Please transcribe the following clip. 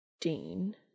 Dean